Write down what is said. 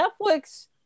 Netflix